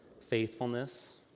faithfulness